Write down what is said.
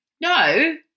no